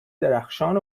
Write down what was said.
درخشان